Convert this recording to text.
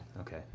Okay